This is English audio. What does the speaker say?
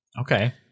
Okay